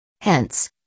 Hence